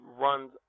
runs